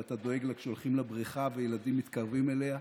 ואתה דואג לה כשהולכים לבריכה וילדים מתקרבים אליה,